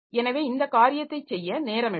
எனவே இந்த காரியத்தைச் செய்ய நேரம் எடுக்கும்